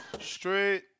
Straight